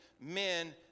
men